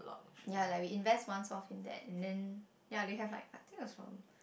ya like we invest one source in that and then ya they have like I think it was from